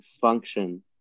function